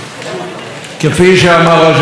תוך, שמירה על אחדות העם,